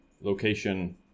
location